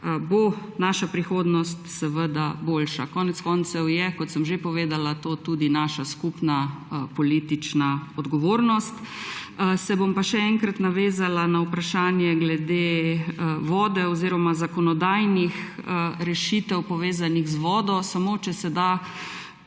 bo naša prihodnost boljša. Konec koncev je, kot sem že povedala, to tudi naša skupna politična odgovornost. Se bom pa še enkrat navezana na vprašanje glede vode oziroma zakonodajnih rešitev, povezanih z vodo, če se da